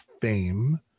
fame